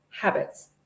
habits